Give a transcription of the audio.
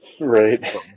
Right